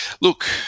look